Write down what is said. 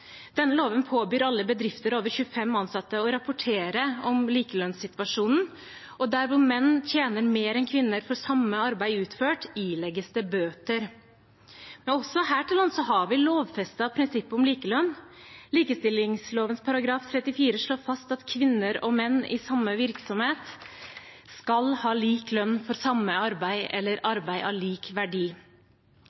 Denne loven påbyr alle bedrifter med mer enn 25 ansatte å rapportere om likelønnssituasjonen, og der hvor menn tjener mer enn kvinner for samme arbeid utført, ilegges det bøter. Men også her til lands har vi lovfestet prinsippet om likelønn. Likestillingsloven § 34 slår fast at «kvinner og menn i samme virksomhet skal ha lik lønn for samme arbeid eller